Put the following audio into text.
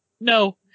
No